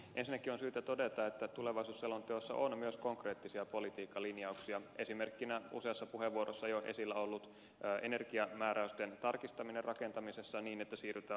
ensinnäkin on syytä todeta että tulevaisuusselonteossa on myös konkreettisia politiikkalinjauksia esimerkkinä useassa puheenvuorossa jo esillä ollut energiamääräysten tarkistaminen rakentamisessa niin että siirrytään asteittain passiivitaloihin